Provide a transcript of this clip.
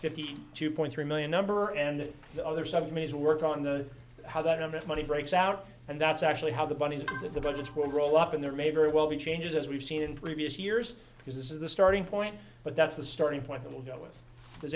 fifty two point three million number and the other subcommittees work on the how that of that money breaks out and that's actually how the bunny's the budgets will roll up and there may very well be changes as we've seen in previous years because this is the starting point but that's the starting point that will go with does